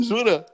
Jura